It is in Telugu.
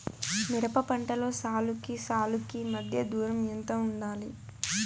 మిరప పంటలో సాలుకి సాలుకీ మధ్య దూరం ఎంత వుండాలి?